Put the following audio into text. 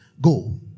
Go